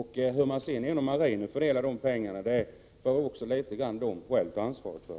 Hur man sedan inom marinen fördelar de pengarna bär marinen i någon mån själv ansvaret för.